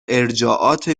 ارجاعات